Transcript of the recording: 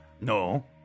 No